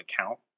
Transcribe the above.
account